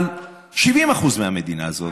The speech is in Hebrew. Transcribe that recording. על 70% מהמדינה הזאת,